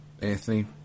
Anthony